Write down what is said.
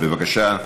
להצבעה, בבקשה.